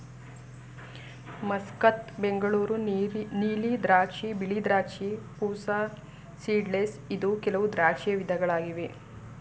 Muscat, Bengaluru ನೀಲಿ ದ್ರಾಕ್ಷಿ, ಬಿಳಿ ದ್ರಾಕ್ಷಿ, ಪೂಸಾ ಸೀಡ್ಲೆಸ್ ಇದು ಕೆಲವು ದ್ರಾಕ್ಷಿಯ ವಿಧಗಳಾಗಿವೆ